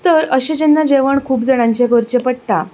तर अशें जेन्ना जेवण खूब जाणांचे करचें पडटा